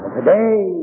today